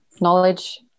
knowledge